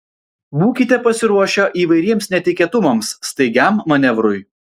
būkite pasiruošę įvairiems netikėtumams staigiam manevrui